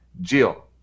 Jill